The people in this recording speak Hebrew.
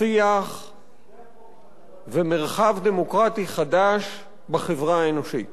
שיח ומרחב דמוקרטי חדש בחברה האנושית.